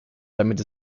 damit